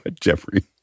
jeffrey